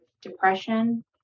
depression